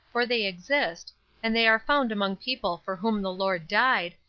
for they exist and they are found among people for whom the lord died,